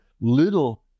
Little